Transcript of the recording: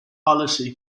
policy